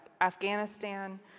Afghanistan